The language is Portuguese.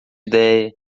ideia